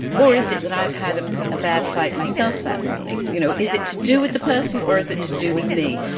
or is it that i've had a ah bad fight myself that morning? you know is it to do with the person or is it to do with me?